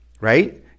Right